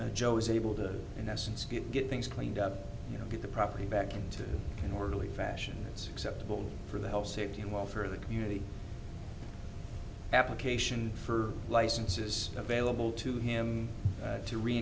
t joe is able to in essence get get things cleaned up you know get the property back into an orderly fashion it's acceptable for the health safety and welfare of the community application for licenses available to him